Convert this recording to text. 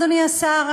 אדוני השר,